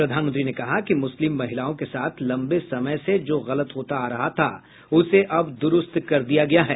प्रधानमंत्री ने कहा कि मुस्लिम महिलाओं के साथ लंबे समय से जो गलत होता आ रहा था उसे अब दुरूस्त कर दिया गया है